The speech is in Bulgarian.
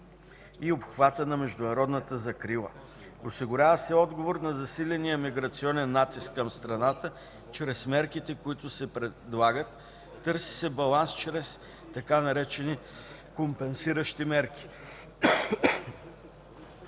и обхватът на международната закрила, осигурява се отговор на засиления миграционен натиск към страната чрез мерките, които се предлагат, търси се баланс чрез така наречените компенсиращи мерки.